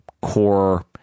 core